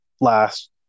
last